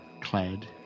clad